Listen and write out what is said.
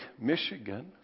Michigan